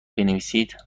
بنویسید